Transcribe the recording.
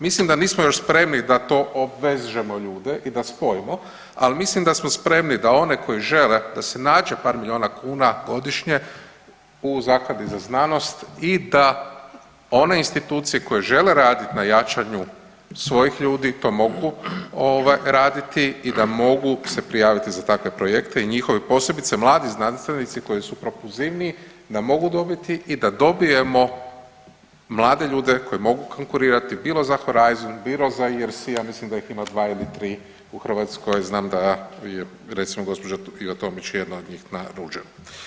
Mislim da nismo još spremni da to obvežemo ljude i da spojimo, ali mislim da smo spremni da one koji žele, da si nađe par milijuna kuna godišnje u Zakladi za znanost i da one institucije koje žele raditi na jačanju svojih ljudi to mogu raditi i da mogu se prijaviti za takve projekte i njihove, posebice mladi znanstvenici koji su propulzivniji, da mogu dobiti i da dobijemo mlade ljudi koji mogu konkurirati, bilo za Horizon, bilo JRC, ja mislim da ih ima 2 ili 3 u Hrvatskoj, znam da je, recimo gđa. ... jedna od njih na Ruđeru.